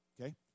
Okay